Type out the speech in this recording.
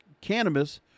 cannabis